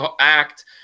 act